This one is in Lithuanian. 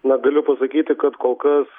na galiu pasakyti kad kol kas